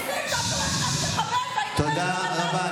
תודה רבה.